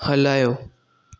हलायो